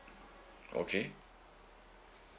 okay